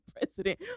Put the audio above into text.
president